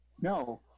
No